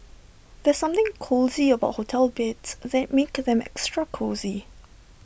there's something about hotel beds that makes them extra cosy